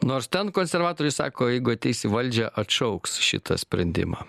nors ten konservatoriai sako jeigu ateis į valdžią atšauks šitą sprendimą